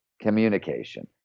communication